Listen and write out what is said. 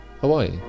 Hawaii